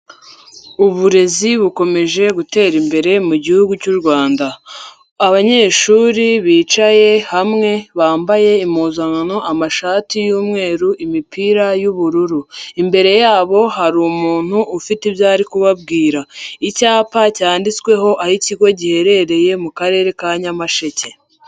Uburezi bukomeje gutera imbere mu gihugu cy'u Rwanda. Abanyeshuri bicaye hamwe, bambaye impuzankano amashati y'umweru, imipira y'ubururu. Imbere yabo, hari umuntu ufite ibyo ari kubabwira. Icyapa cyanditsweho aho ikigo giherereye mu Karere ka Nyamasheke.